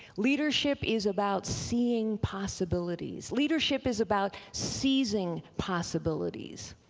leadership is about seeing possibilities. leadership is about seizing possibilities.